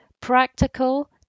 practical